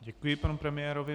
Děkuji panu premiérovi.